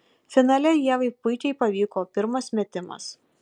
finale ievai puikiai pavyko pirmas metimas